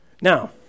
Now